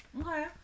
Okay